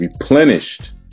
replenished